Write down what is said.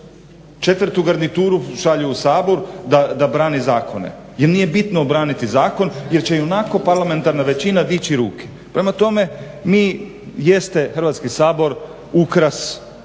Četvrtu garnituru šalje u Sabor da brani zakone jer nije bitno obraniti zakon jer će ionako parlamentarna većina dići ruke. Prema tome, jeste Hrvatski sabor ukras,